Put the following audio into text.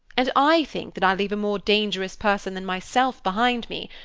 and i think that i leave a more dangerous person than myself behind me,